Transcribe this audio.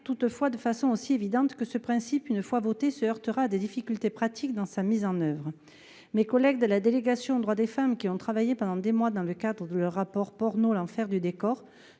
toutefois de façon aussi évidente que ce principe, une fois votée se heurtera à des difficultés pratiques dans sa mise en oeuvre. Mes collègues de la délégation aux droits des femmes qui ont travaillé pendant des mois dans le cadre de leur rapport porno l'enfer du décor